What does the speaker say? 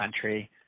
country